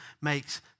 makes